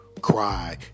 cry